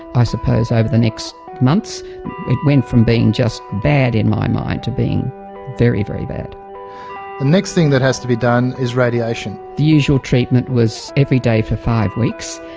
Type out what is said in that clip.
i suppose over the next months it went from being just bad in my mind to being very, very bad. the next thing that has to be done is radiation. the usual treatment was every day for five weeks,